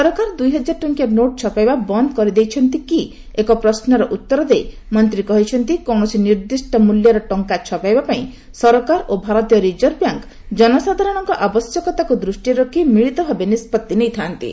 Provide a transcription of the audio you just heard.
ସରକାର ଦୁଇହଜାର ଟଙ୍କିଆ ନୋଟ୍ ଛପାଇବା ବନ୍ଦ କରିଦେଇଛନ୍ତି କି ଏକ ପ୍ରଶ୍ମର ଉତ୍ତର ଦେଇ ମନ୍ତ୍ରୀ କହିଛନ୍ତି କୌଣସି ନିର୍ଦ୍ଦିଷ୍ଟ ମୂଲ୍ୟର ଟଙ୍କା ଛପାଇବା ପାଇଁ ସରକାର ଓ ଭାରତୀୟ ରିଜର୍ଭ ବ୍ୟାଙ୍କ ଜନସାଧାରଣଙ୍କ ଆବଶ୍ୟକତାକୁ ଦୃଷ୍ଟିରେ ରଖି ମିଳିତ ଭାବେ ନିଷ୍ପଭି ନେଇଥାନ୍ତି